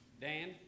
Dan